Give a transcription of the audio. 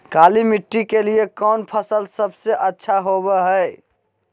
काली मिट्टी के लिए कौन फसल सब से अच्छा होबो हाय?